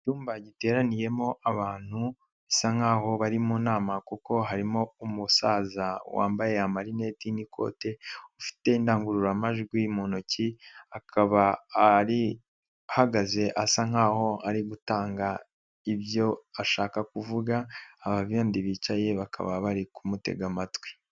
Icyumba giteraniyemo abantu bisa nk'aho bari mu nama kuko harimo umusaza wambaye amarineti n'ikote ufite indangururamajwi mu ntoki, akaba ahagaze asa nk'aho ari gutanga ibyo ashaka kuvuga, aba bandi bicaye bakaba bari kumutega amatwi.